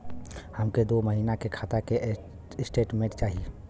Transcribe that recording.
हमके दो महीना के खाता के स्टेटमेंट चाही?